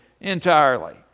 entirely